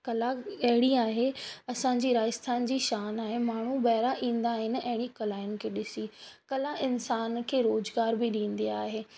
कला अहिड़ी आहे असांजे राजस्थान जी शान आहे माण्हू ॿाहिरां ईंदा आहिनि अहिड़ी कलाउनि खे ॾिसी कला इंसान खे रोज़गार बि ॾींदी आहे